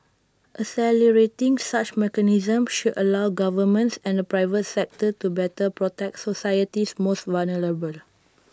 accelerating such mechanisms should allow governments and the private sector to better protect society's most vulnerable